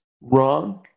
wrong